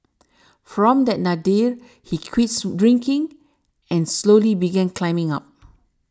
from that nadir he quits drinking and slowly began climbing up